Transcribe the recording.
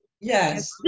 Yes